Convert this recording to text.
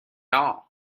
all